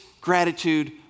gratitude